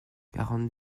quarante